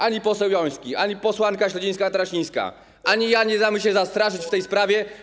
Ani poseł Joński, ani posłanka Śledzińska-Katarasińska, ani ja nie damy się zastraszyć w tej sprawie.